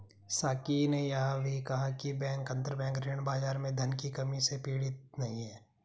साकी ने यह भी कहा कि बैंक अंतरबैंक ऋण बाजार में धन की कमी से पीड़ित नहीं हैं